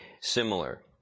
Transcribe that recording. similar